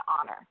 honor